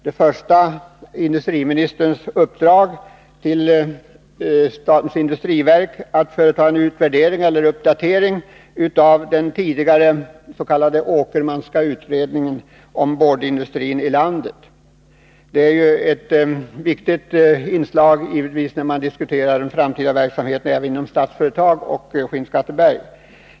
Det ena var industriministerns uppdrag till statens industriverk att företa en uppdatering av den tidigare s.k. Åkermanska utredningen om boardindustrin i landet. Det är givetvis ett viktigt inslag i en diskussion om den framtida verksamheten beträffande boardindustrin inom Statsföretag och då även i Skinnskatteberg.